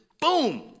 boom